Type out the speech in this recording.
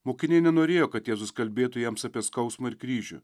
mokiniai nenorėjo kad jėzus kalbėtų jiems apie skausmą ir kryžių